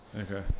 Okay